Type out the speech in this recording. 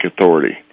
authority